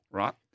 right